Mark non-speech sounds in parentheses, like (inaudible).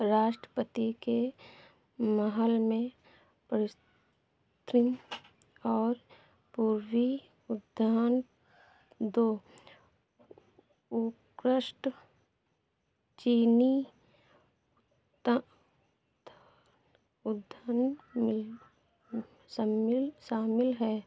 राष्ट्रपति के महल में (unintelligible) और पूर्वी उद्यान दो उत्कृष्ट चीनी (unintelligible) में सम्मिल शामिल है